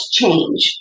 change